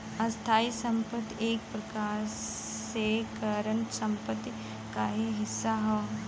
स्थायी संपत्ति एक प्रकार से करंट संपत्ति क ही हिस्सा हौ